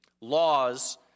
laws